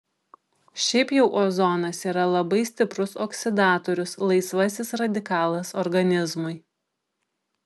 šiaip jau ozonas yra labai stiprus oksidatorius laisvasis radikalas organizmui